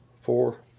four